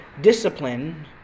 discipline